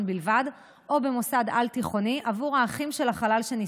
בלבד או במוסד על-תיכוני עבור האחים של החלל שנספה.